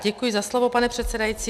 Děkuji za slovo, pane předsedající.